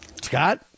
Scott